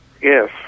Yes